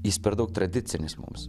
jis per daug tradicinis mums